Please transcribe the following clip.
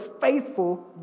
faithful